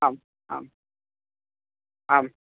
आम् आम् आम्